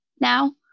Now